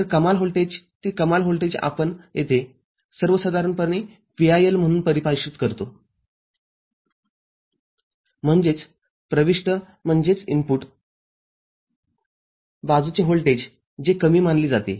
तर कमाल व्होल्टेज ते कमाल व्होल्टेज आपण येथे सर्वसाधारणपणे VIL म्हणून परिभाषित करतोम्हणजेचप्रविष्ट बाजूचे व्होल्टेज जे कमी मानले जाते